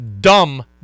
dumb